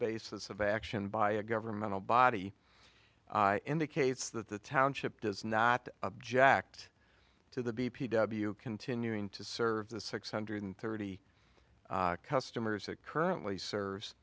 basis of action by a governmental body indicates that the township does not object to the b p w continuing to serve the six hundred and thirty customers that currently serves